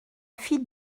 fille